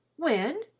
when?